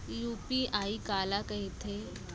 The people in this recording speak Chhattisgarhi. यू.पी.आई काला कहिथे?